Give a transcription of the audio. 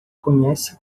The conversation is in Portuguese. conhece